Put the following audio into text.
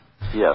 Yes